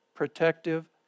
Protective